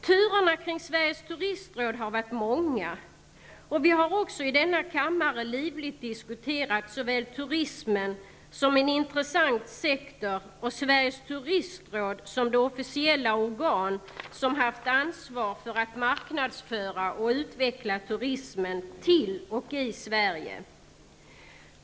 Turerna kring Sveriges turistråd har varit många, och vi har också i denna kammare livligt diskuterat både turismen som en intressant sektor och Sveriges turistråd som det officiella organ som haft ansvar för att marknadsföra och utveckla turismen till och i Sverige.